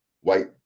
white